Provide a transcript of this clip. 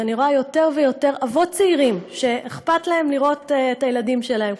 אני רואה יותר ויותר אבות צעירים שאכפת להם לראות את הילדים שלהם,